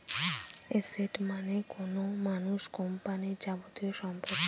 asset মানে কোনো মানুষ বা কোম্পানির যাবতীয় সম্পত্তি